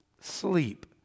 sleep